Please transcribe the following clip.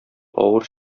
авыр